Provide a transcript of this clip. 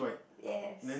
yes